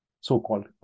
so-called